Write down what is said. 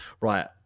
Right